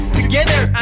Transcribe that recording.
together